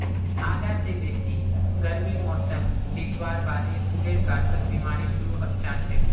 आधा स बेसी गर्मीर मौसम बितवार बादे फूलेर गाछत बिमारी शुरू हैं जाछेक